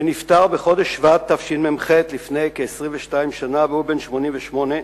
שנפטר בחודש שבט תשמ"ח לפני כ-22 שנה, והוא בן 88,